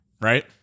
right